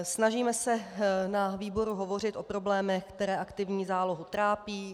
Snažíme se na výboru hovořit o problémech, které aktivní zálohy trápí.